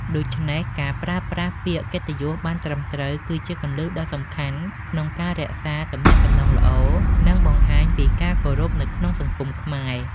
ដូច្នេះ ការប្រើប្រាស់ពាក្យកិត្តិយសបានត្រឹមត្រូវ គឺជាគន្លឹះដ៏សំខាន់ក្នុងការរក្សាទំនាក់ទំនងល្អ និងបង្ហាញពីការគោរពនៅក្នុងសង្គមខ្មែរ។